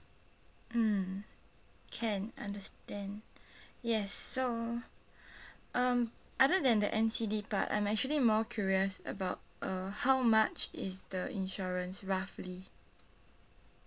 mm can understand yes so um other than the N_C_D part I'm actually more curious about uh how much is the insurance roughly